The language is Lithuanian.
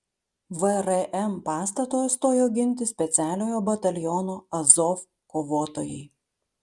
vrm pastato stojo ginti specialiojo bataliono azov kovotojai